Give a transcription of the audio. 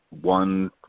one